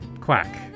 quack